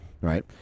right